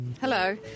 Hello